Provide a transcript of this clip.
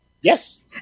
Yes